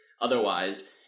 Otherwise